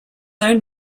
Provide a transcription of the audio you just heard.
own